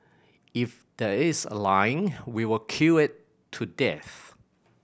if there's a line we will queue it to death